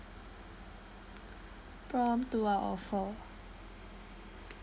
problem two out of four